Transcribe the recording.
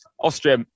Austria